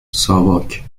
ساواک